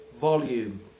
volume